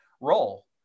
role